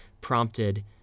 prompted